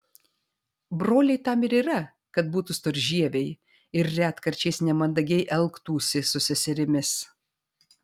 broliai tam ir yra kad būtų storžieviai ir retkarčiais nemandagiai elgtųsi su seserimis